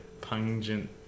pungent